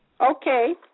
Okay